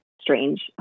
strange